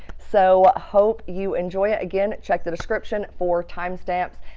so hope you enjoy it again check the description for timestamps.